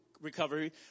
recovery